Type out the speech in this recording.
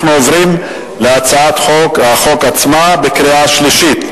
אנחנו עוברים להצעת החוק עצמה, קריאה שלישית.